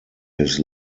his